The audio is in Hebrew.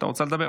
רוצה לדבר?